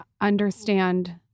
understand